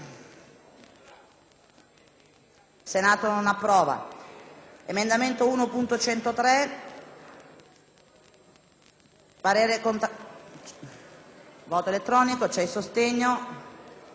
**Il Senato non approva.**